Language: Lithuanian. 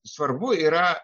svarbu yra